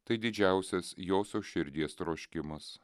tai didžiausias josios širdies troškimas